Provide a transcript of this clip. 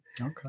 Okay